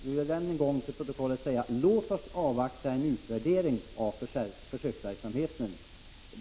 Jag vill än en gång säga: Låt oss avvakta en utvärdering av försöksverksamheten!